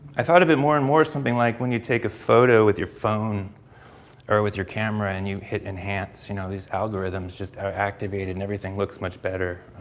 i thought a bit more and more something like when you take a photo with your phone or with your camera and you hit enhance, you know these algorithms just activated and everything looks much better.